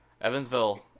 Evansville